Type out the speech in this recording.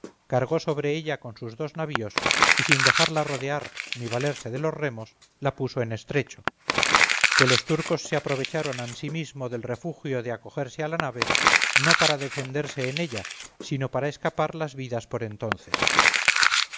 cargó sobre ella con sus dos navíos y sin dejarla rodear ni valerse de los remos la puso en estrecho que los turcos se aprovecharon ansimismo del refugio de acogerse a la nave no para defenderse en ella sino para escapar las vidas por entonces